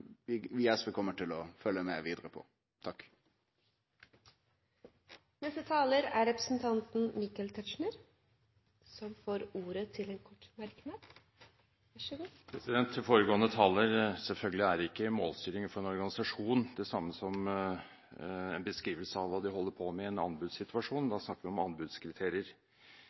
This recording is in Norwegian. vi i SV kjem til å følgje med på vidare. Representanten Michael Tetzschner har hatt ordet to ganger tidligere og får ordet til en kort merknad, begrenset til 1 minutt. Til foregående taler: Selvfølgelig er ikke målstyring for en organisasjon det samme som en beskrivelse av hva de holder på med i en anbudssituasjon. Da snakker vi om anbudskriterier.